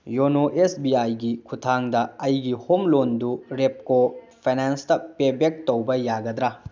YONO S B ꯑꯥꯏꯒꯤ ꯈꯨꯠꯊꯥꯡꯗ ꯑꯩꯒꯤ ꯍꯣꯝ ꯂꯣꯟꯗꯨ ꯔꯦꯞꯀꯣ ꯐꯥꯏꯅꯥꯟꯁꯇ ꯄꯦꯕꯦꯛ ꯇꯧꯕ ꯌꯥꯒꯗ꯭ꯔꯥ